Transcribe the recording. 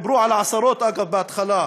דיברו על עשרות, אגב, בהתחלה.